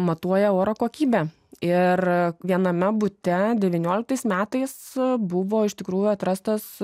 matuoja oro kokybę ir viename bute devynioliktais metais buvo iš tikrųjų atrastas